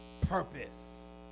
purpose